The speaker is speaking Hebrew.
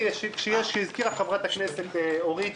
כפי שהזכירה חברת הכנסת אורית,